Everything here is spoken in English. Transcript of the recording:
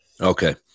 Okay